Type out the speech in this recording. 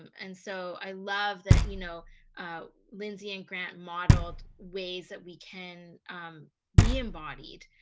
and so, i love that you know lindsay and grant modeled ways that we can be embodied.